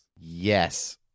yes